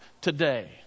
today